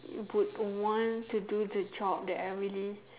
put one to do the job that everyday